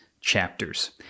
chapters